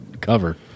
cover